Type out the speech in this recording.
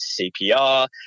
CPR